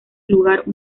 lugar